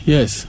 Yes